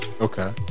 Okay